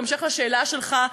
בהמשך לשאלה שלך,